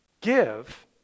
give